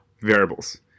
variables